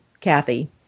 Kathy